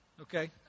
Okay